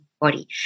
body